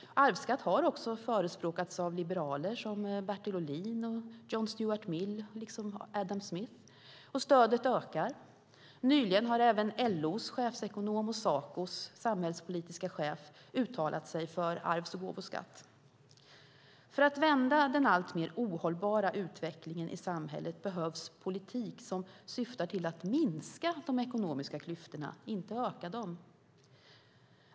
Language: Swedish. Arvsskatt har också förespråkats av liberaler som Bertil Ohlin, John Stuart Mill och Adam Smith, och stödet ökar. Nyligen har även LO:s chefsekonom och Sacos samhällspolitiska chef uttalat sig för arvs och gåvoskatt. För att vända den alltmer ohållbara utvecklingen i samhället behövs en politik som syftar till att minska de ekonomiska klyftorna, inte öka dem.